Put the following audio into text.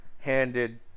handed